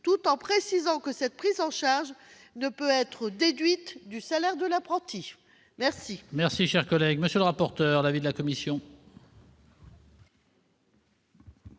tout en précisant que cette prise en charge ne peut être déduite du salaire de l'apprenti. Quel